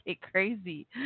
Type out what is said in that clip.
crazy